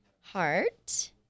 Heart